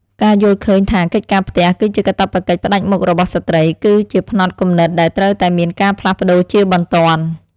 ការយល់ឃើញថាកិច្ចការផ្ទះគឺជាកាតព្វកិច្ចផ្តាច់មុខរបស់ស្ត្រី គឺជាផ្នត់គំនិតដែលត្រូវតែមានការផ្លាស់ប្តូរជាបន្ទាន់។